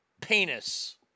penis